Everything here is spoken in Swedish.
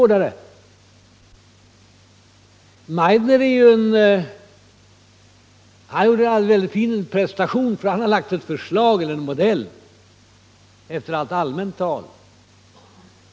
Rudolf Meidner har gjort en väldigt fin prestation, för han har lagt fram en modell efter allt allmänt tal.